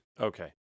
Okay